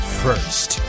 first